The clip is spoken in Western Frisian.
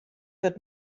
wurdt